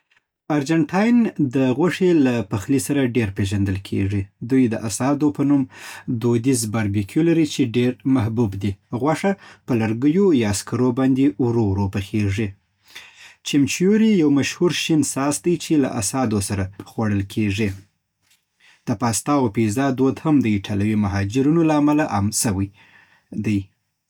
ارجنټاین د غوښې له پخلي سره ډېر پېژندل کېږي. دوی د آسادو په نوم دودیز باربیکیو لري چې ډېر محبوب دی. غوښه په لرګیو یا سکرو باندې ورو ورو پخېږي. چیمیچوري یو مشهور شین ساس دی چې له آسادو سره خوړل کېږي. د پاستا او پیټزا دود هم د ایټالوي مهاجرینو له امله عام سوی دی